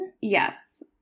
Yes